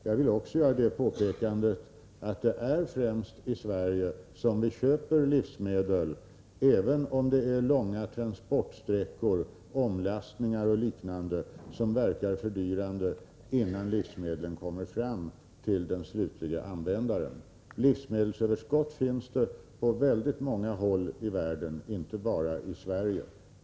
Jag vill också påpeka att det är främst i Sverige som vi köper dessa livsmedel, även om långa transportsträckor, omlastningar och liknande kan verka fördyrande innan livsmedlen kommit fram till den slutliga användaren. Livsmedelsöverskott finns på väldigt många håll i världen — inte bara i Sverige.